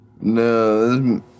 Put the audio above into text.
No